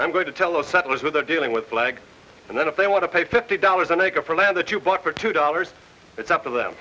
i'm going to tell the settlers what they're dealing with leg and then if they want to pay fifty dollars an acre for land that you bought for two dollars it's up to them